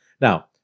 Now